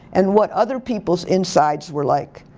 and what other people's insides were like.